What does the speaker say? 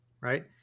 right